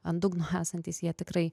ant dugno esantys jie tikrai